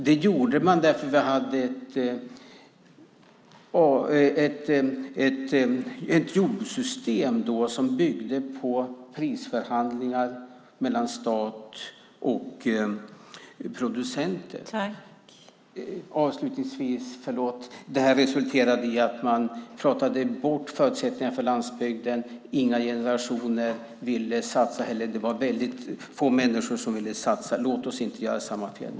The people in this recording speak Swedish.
Det gjorde man därför att vi hade ett jordbrukssystem som byggde på prisförhandlingar mellan stat och producenter. Det resulterade i att förutsättningarna för landsbygden pratades bort. Det var väldigt få människor som ville satsa. Låt oss inte göra samma fel nu.